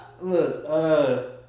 Look